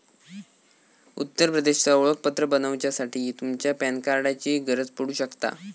उत्तर प्रदेशचा ओळखपत्र बनवच्यासाठी तुमच्या पॅन कार्डाची गरज पडू शकता